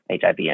HIV